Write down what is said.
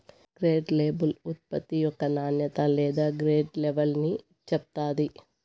grade label ఉత్పత్తి యొక్క నాణ్యత లేదా గ్రేడ్ లెవల్ని చెప్తాది